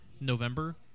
November